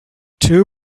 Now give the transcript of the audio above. two